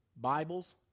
Bibles